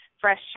fresh